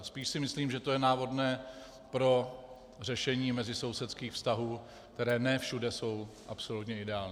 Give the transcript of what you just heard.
Spíš si myslím, že to je návodné pro řešení mezisousedských vztahů, které ne všude jsou absolutně ideální.